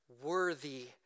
worthy